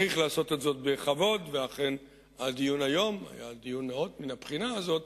צריך לעשות את זאת בכבוד ואכן הדיון היום היה דיון נאות מן הבחינה הזאת.